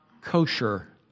kosher